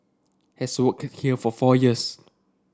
has worked here for four years